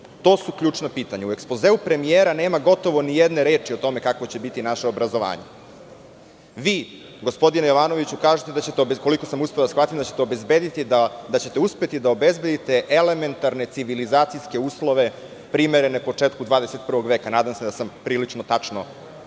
To su ključna pitanja. U ekspozeu premijera nema gotovo ni jedne reči o tome kakvo će biti naše obrazovanje. Vi, gospodine Jovanoviću, kažete, koliko sam uspeo da shvatim, da ćete uspeti da obezbedite elementarne civilizacijske uslove, primerene početku 21. veka, nadam se da sam prilično tačno